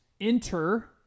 enter